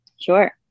Sure